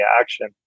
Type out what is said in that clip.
action